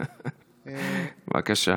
לכן,